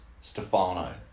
Stefano